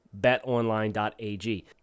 betonline.ag